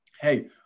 hey